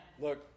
Look